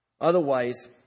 Otherwise